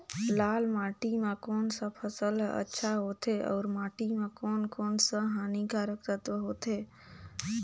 लाल माटी मां कोन सा फसल ह अच्छा होथे अउर माटी म कोन कोन स हानिकारक तत्व होथे?